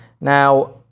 Now